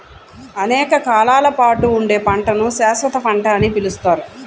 అనేక కాలాల పాటు ఉండే పంటను శాశ్వత పంట అని పిలుస్తారు